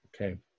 Okay